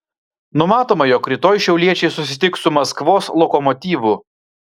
numatoma jog rytoj šiauliečiai susitiks su maskvos lokomotyvu